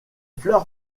fleurs